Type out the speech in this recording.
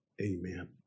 amen